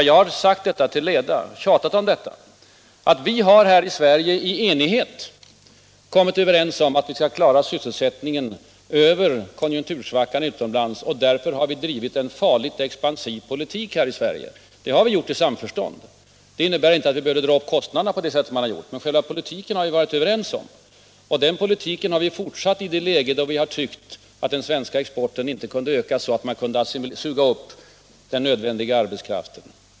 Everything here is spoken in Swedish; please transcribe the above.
Jag har till leda tjatat om att vi här i Sverige i enighet har kommit överens om att vi skall klara sysselsättningen över konjunktursvackan utomlands. Därför har vi här i Sverige drivit en nästan farligt expansiv politik. Detta har vi gjort i samförstånd. Det innebär emellertid inte att man behöver dra upp kostnaderna på det sätt som skett. Men själva politiken har vi varit överens om. Den politiken har vi fortsatt att föra i det läge då vi tyckt att den svenska exporten inte kunde öka, så att den kunde suga upp den arbetskraft som eljest skulle bli friställd.